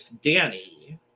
Danny